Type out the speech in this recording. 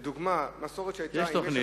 לדוגמה, מסורת שהיתה, לא.